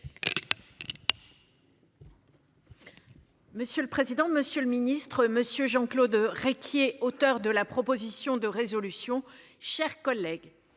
Monsieur le président, monsieur le ministre, monsieur Jean-Claude Requier auteur de la proposition de résolution, chers collègues.